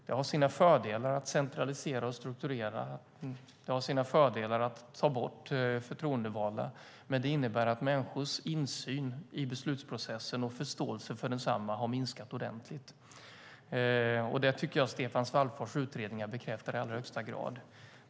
Det har sina fördelar att centralisera och strukturera, och det har sina fördelar att ta bort förtroendevalda. Men det innebär att människors insyn i beslutsprocessen och förståelsen för densamma har minskat ordentligt. Det tycker jag att Stefan Svallfors utredningar bekräftar i allra högsta grad.